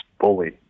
bully